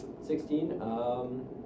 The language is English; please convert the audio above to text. Sixteen